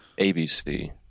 ABC